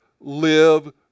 live